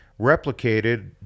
replicated